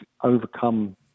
overcome